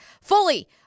fully